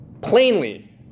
plainly